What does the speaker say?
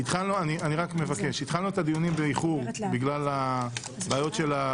התחלנו את הדיונים באיחור בגלל החסימות.